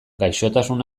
gaixotasun